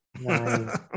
Nice